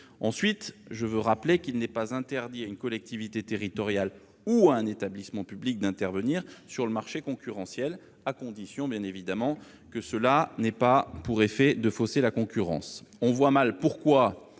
Ensuite, je rappelle qu'il n'est pas interdit à une collectivité territoriale ou à un établissement public d'intervenir sur le marché concurrentiel, à condition, bien évidemment, que cela n'ait pas pour effet de fausser la concurrence. On voit mal pourquoi,